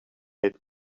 had